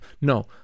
No